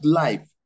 life